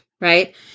right